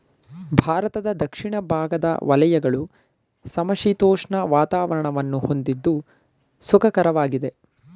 ಭಾರತದ ದಕ್ಷಿಣ ಭಾಗದ ವಲಯಗಳು ಸಮಶೀತೋಷ್ಣ ವಾತಾವರಣವನ್ನು ಹೊಂದಿದ್ದು ಸುಖಕರವಾಗಿದೆ